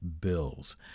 bills